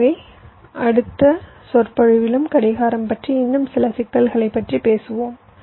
எனவே அடுத்த சொற்பொழிவிலும் கடிகாரம் பற்றி இன்னும் சில சிக்கல்களைப் பற்றி பேசுவோம்